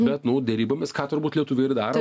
bet nu derybomis ką turbūt lietuviai ir daro